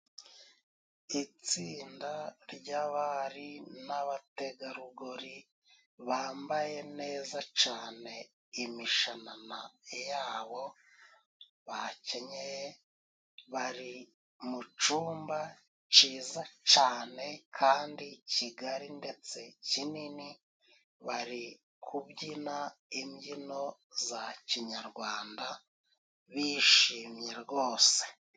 Itsinda ryabari n'abategarugori bambaye neza cane imishanana yabo, bakennye bari mu cumba ciza ce kandi kigali ndetse kinini bari kubyina imbyino za kinyarwanda bishimye rwose.